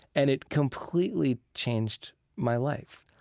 and it completely changed my life.